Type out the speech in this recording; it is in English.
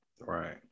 Right